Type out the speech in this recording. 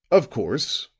of course,